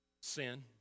Sin